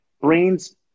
brains